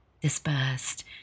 dispersed